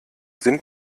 sind